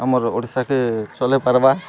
ଆମର ଓଡ଼ିଶାକେ ଚଲେ ପାର୍ବା